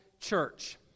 church